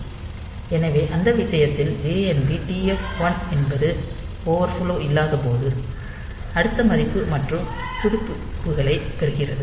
எனவே அந்த விஷயத்தில் jnb TF 1 என்பது ஓவர்ஃப்லோ இல்லாதபோது அடுத்த மதிப்பு மற்றும் புதுப்பிப்புகளைப் பெறுகிறது